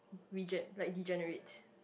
reject like degenerates